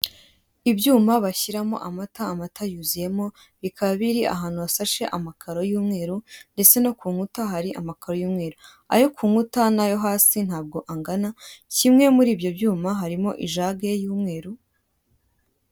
Ibyuma bashyiramo amata, amata yuzuyemo bikaba biri ahantu hashashe amakaro y'umweru, ndetse no ku nkuta hari amakaro y'umweru. Ayo ku nkuta n'ayo hasi ntabwo angana, kimwe muri ibyo byuma harimo ijage y'umweru.